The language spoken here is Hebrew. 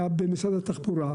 במשרד התחבורה,